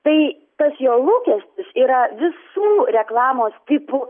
tai tas jo lūkestis yra visų reklamos tipų